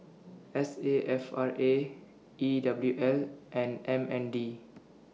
S A F R A E W L and M N D